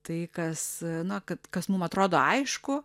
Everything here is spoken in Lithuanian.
tai kas na kad kas mum atrodo aišku